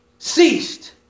ceased